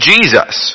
Jesus